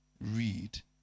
read